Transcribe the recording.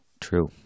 True